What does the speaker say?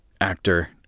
actor